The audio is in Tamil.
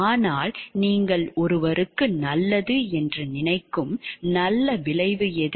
ஆனால் நீங்கள் ஒருவருக்கு நல்லது என்று நினைக்கும் நல்ல விளைவு எது